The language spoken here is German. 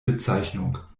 bezeichnung